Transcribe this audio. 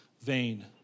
vain